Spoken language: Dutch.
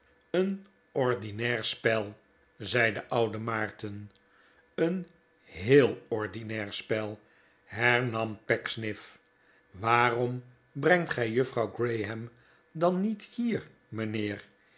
een ordinair spel zei de oude maarten een heel ordinair spel hernam pecksniff waarom brengt gij juffrouw graham dan niet hier mijnheer